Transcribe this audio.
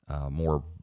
more